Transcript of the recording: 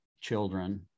children